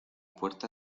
puerta